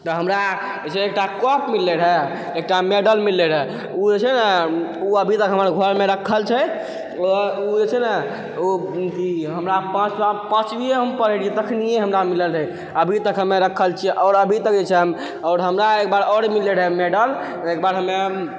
तऽ हमरा जे छै एकटा कप मिललै रहै एकटा मैडल मिललै रहै ओ जे छै ने ओ अभी तक हमर घरमे रखल छै ओ जे छै ने ओ अथी हमरा पांचवींयेमे हमऽ पढै रहियै तखनीये हमरा मिलल रहै अभी तक हमे रखल छियै आओर अभी तक जे छै हमे आओर हमरा एकबार और मिललै रहऽ मैडल एकबार हमे